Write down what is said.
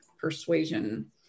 persuasion